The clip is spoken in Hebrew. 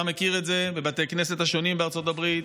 אתה מכיר את זה בבתי כנסת שונים בארצות הברית,